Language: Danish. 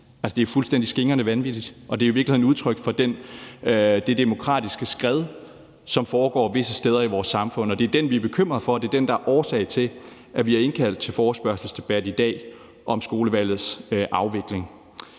er fuldstændig skingrende vanvittigt. Og det er i virkeligheden udtryk for det demokratiske skred, som foregår visse steder i vores samfund, og det er det, vi er bekymrede over, og det er det, der er årsag til, at vi har indkaldt til forespørgselsdebat i dag om skolevalgets afvikling.